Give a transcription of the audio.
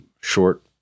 short